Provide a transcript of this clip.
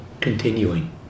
continuing